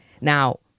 Now